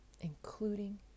including